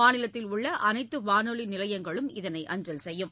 மாநிலத்தில் உள்ள அனைத்து வானொலி நிலையங்களும் இதனை அஞ்சல் செய்யும்